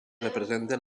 representen